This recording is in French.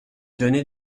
donnait